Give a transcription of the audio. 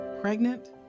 Pregnant